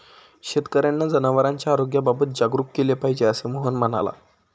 शेतकर्यांना जनावरांच्या आरोग्याबाबत जागरूक केले पाहिजे, असे मोहन म्हणाला